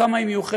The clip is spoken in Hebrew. כמה היא מיוחדת,